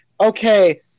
Okay